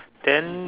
then